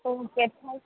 okay thank